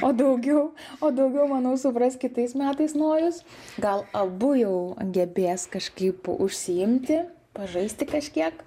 o daugiau o daugiau manau supras kitais metais nojus gal abu jau gebės kažkaip užsiimti pažaisti kažkiek